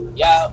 yo